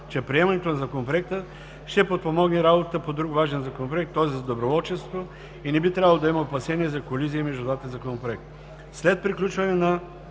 че приемането на Законопроекта ще подпомогне работата по друг важен Законопроект, този за доброволчеството, и не би трябвало да има опасения за колизии между двата законопроекта. След приключване на